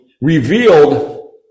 revealed